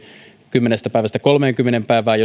kymmenestä päivästä kolmeenkymmeneen päivään